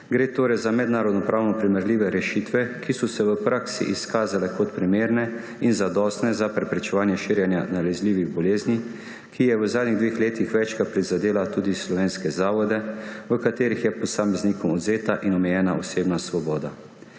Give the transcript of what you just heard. Gre torej za mednarodnopravno primerljive rešitve, ki so se v praksi izkazale kot primerne in zadostne za preprečevanje širjenja nalezljive bolezni, ki je v zadnjih dveh letih večkrat prizadela tudi slovenske zavode, v katerih je posameznikom odvzeta in omejena osebna svoboda.